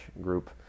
group